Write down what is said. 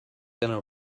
gonna